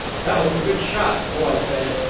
that was a good shot, though i say it,